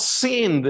seen